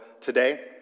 today